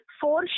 four